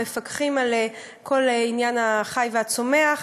המפקחים על כל עניין החי והצומח.